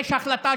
מחבל.